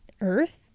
Earth